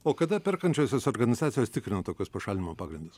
o kada perkančiosios organizacijos tikrina tokius pašalinimo pagrindus